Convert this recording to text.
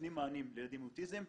נותנים מענים לילדים עם אוטיזם,